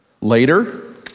Later